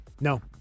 No